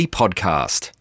podcast